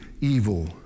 evil